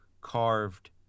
carved